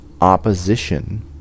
opposition